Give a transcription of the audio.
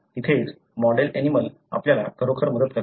तिथेच मॉडेल ऍनिमलं आपल्याला खरोखर मदत करतात